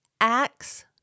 acts